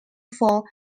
for